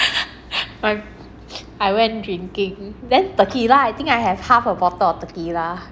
I I went drinking then tequila I think I have half a bottle of tequila